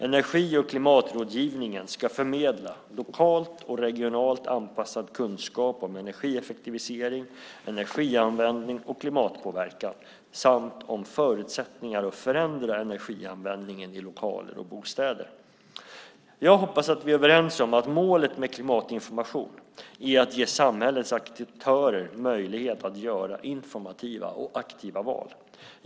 Energi och klimatrådgivningen ska förmedla lokalt och regionalt anpassad kunskap om energieffektivisering, energianvändning och klimatpåverkan samt om förutsättningar att förändra energianvändningen i lokaler och bostäder. Jag hoppas att vi är överens om att målet med klimatinformation är att ge samhällets aktörer möjlighet att göra informativa och aktiva val.